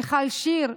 מיכל שיר,